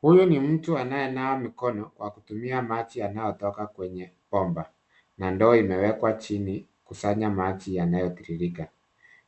Huyu ni mtu anayenawa mikono kwa kutumia maji yanayotoka kwenye bomba na ndoo imewekwa chini kusanya maji yanayotiririka.